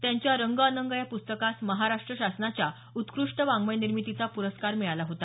त्यांच्या रंग अनंग या प्स्तकास महाराष्ट्र शासनाचा उत्कृष्ट वाड्मय निर्मितीचा पुरस्कार मिळाला होता